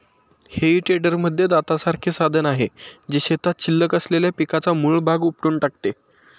हेई टेडरमध्ये दातासारखे साधन आहे, जे शेतात शिल्लक असलेल्या पिकाचा मूळ भाग उपटून टाकते